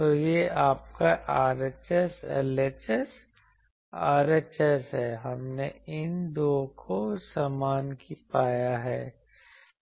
तो यह आपका RHS LHS RHS है हमने इन 2 को समान पाया है